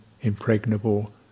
impregnable